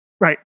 Right